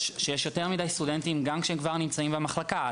יש יותר מדי סטודנטים גם כשהם כבר נמצאים במחלקה.